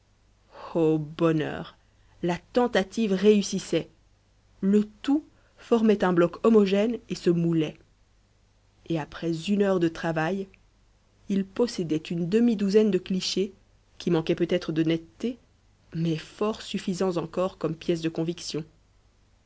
bonheur la tentative réussissait le tout formait un bloc homogène et se moulait et après une heure de travail il possédait une demi-douzaine de clichés qui manquaient peut-être de netteté mais fort suffisants encore comme pièces de conviction